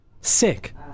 sick